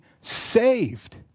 saved